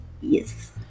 Yes